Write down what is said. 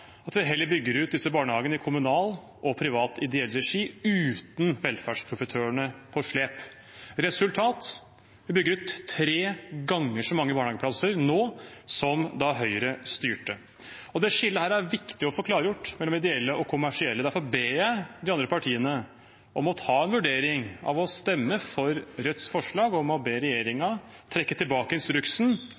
at vi heller ville bygge ut disse barnehagene i kommunal og privat ideell regi – uten velferdsprofitørene på slep. Resultatet: Vi bygger ut tre ganger så mange barnehageplasser nå som da Høyre styrte. Dette skillet mellom ideelle og kommersielle er det viktig å få klargjort. Derfor ber jeg de andre partiene om å ta en vurdering av å stemme for Rødts forslag om å be regjeringen trekke tilbake instruksen